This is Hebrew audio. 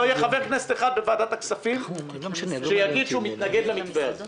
לא יהיה חבר כנסת אחד בוועדת הכספים שיגיד שהוא מתנגד למתווה הזה.